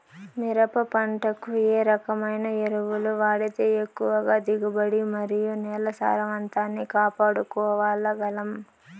మిరప పంట కు ఏ రకమైన ఎరువులు వాడితే ఎక్కువగా దిగుబడి మరియు నేల సారవంతాన్ని కాపాడుకోవాల్ల గలం?